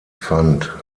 fand